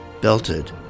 belted